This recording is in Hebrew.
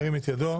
ירים את ידו.